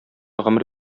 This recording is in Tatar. гомер